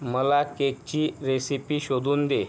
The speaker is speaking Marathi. मला केकची रेसिपी शोधून दे